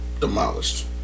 demolished